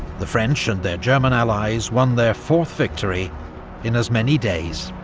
the french, and their german allies, won their fourth victory in as many days.